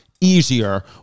easier